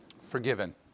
Forgiven